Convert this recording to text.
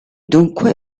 dunque